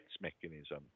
mechanism